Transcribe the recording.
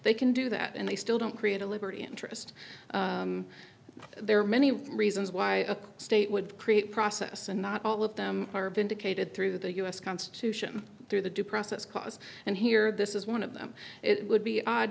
they can do that and they still don't create a liberty interest there are many reasons why a state would create process and not all of them are vindicated through the us constitution through the due process clause and here this is one of them it would be odd